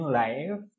life